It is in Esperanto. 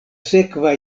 sekva